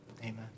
Amen